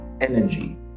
energy